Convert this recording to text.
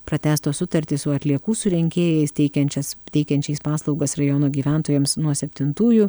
pratęstos sutartys su atliekų surinkėjais teikiančias teikiančiais paslaugas rajono gyventojams nuo septintųjų